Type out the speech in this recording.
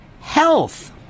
Health